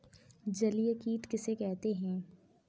जलीय कीट किसे कहते हैं?